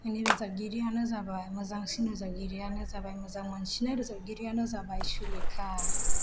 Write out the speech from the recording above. आंनि रोजाबगिरियानो जाबाय मोजांसिन रोजाबगिरियानो जाबाय मोजां मोनसिन्नाय रोजाबगिरियानो जाबाय सुलेखा